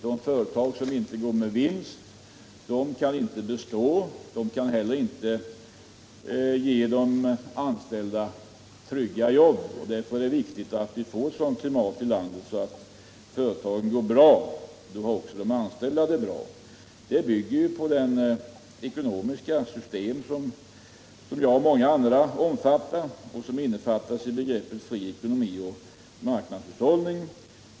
De företag som inte går med vinst kan nämligen inte bestå, och de kan inte heller ge de anställda trygga jobb. Därför är det viktigt att vi ekonomiskt får ett sådant klimat i landet att företagen går bra. Då har också de anställda det bra. Detta bygger på det ekonomiska system som jag och många andra förordar och som innefattas i begreppen fri konkurrens och marknadshushållning.